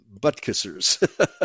Butt-Kissers